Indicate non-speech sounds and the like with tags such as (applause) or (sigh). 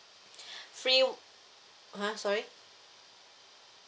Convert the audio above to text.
(breath) free !huh! sorry